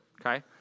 Okay